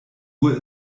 uhr